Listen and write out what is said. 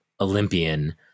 olympian